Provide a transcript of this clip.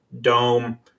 Dome